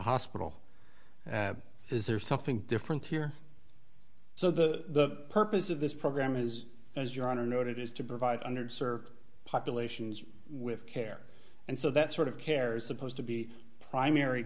hospital is there something different here so the purpose of this program is as your honor noted is to provide under served populations with care and so that sort of care is supposed to be primary